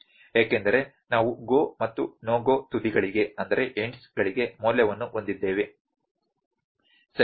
ಏಕೆಂದರೆ ನಾವು GO ಮತ್ತು NO GO ತುದಿಗಳಿಗೆ ಮೌಲ್ಯವನ್ನು ಹೊಂದಿದ್ದೇವೆ ಸರಿ